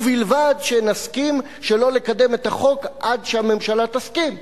ובלבד שנסכים שלא לקדם את החוק עד שהממשלה תסכים,